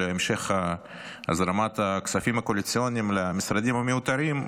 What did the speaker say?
המשך הזרמת הכספים הקואליציוניים למשרדים המיותרים,